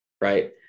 right